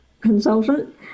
consultant